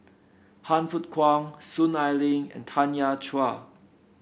Han Fook Kwang Soon Ai Ling and Tanya Chua